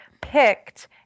picked